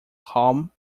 calm